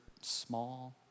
small